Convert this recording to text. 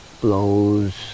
blows